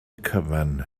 cyfan